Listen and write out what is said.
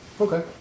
Okay